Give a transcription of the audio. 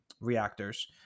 Reactors